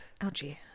Ouchie